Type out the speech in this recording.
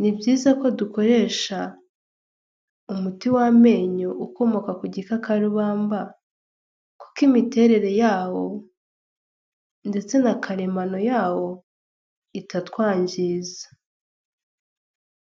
ni byiza ko dukoresha umuti w'amenyo ukomoka ku gikakarubamba; kuko imiterere yawo ndetse na karemano yawo itatwangiza.